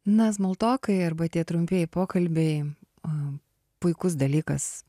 na smaltokai arba tie trumpieji pokalbiai a puikus dalykas